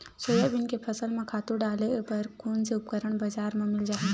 Soybean के फसल म खातु डाले बर कोन से उपकरण बजार म मिल जाहि?